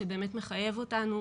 שבאמת מחייב אותנו